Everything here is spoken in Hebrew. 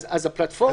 שוב,